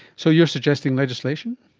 so you are suggesting legislation?